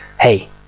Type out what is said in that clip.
hey